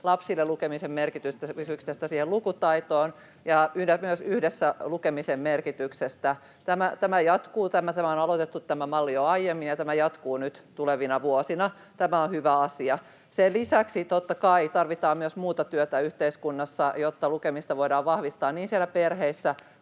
lapsille, lukemisen merkityksestä lukutaitoon ja myös yhdessä lukemisen merkityksestä. Tämä jatkuu. Tämä malli on aloitettu jo aiemmin, ja tämä jatkuu nyt tulevina vuosina. Tämä on hyvä asia. Sen lisäksi totta kai tarvitaan myös muuta työtä yhteiskunnassa, jotta lukemista voidaan vahvistaa niin siellä perheissä